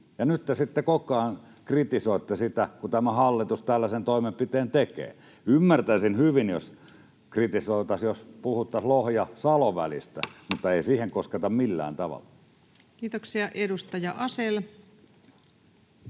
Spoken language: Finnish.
nyt te sitten koko ajan kritisoitte sitä, kun tämä hallitus tällaisen toimenpiteen tekee. Ymmärtäisin hyvin, että kritisoitaisiin, jos puhuttaisiin Lohja—Salo-välistä, mutta ei siihen kosketa millään tavalla. [Speech